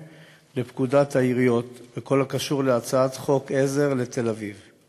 לפקודת העיריות בכל הקשור להצעת חוק עזר לתל-אביב יפו